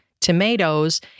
tomatoes